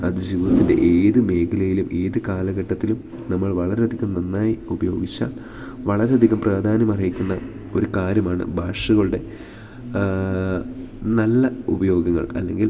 അത് ജീവിതത്തിൻ്റെ ഏതു മേഖലയിലും ഏതു കാലഘട്ടത്തിലും നമ്മൾ വളരെയധികം നന്നായി ഉപയോഗിച്ചാൽ വളരെയധികം പ്രാധാന്യം അർഹിക്കുന്ന ഒരു കാര്യമാണ് ഭാഷകളുടെ നല്ല ഉപയോഗങ്ങൾ അല്ലെങ്കിൽ